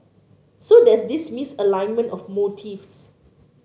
so there's this misalignment of motives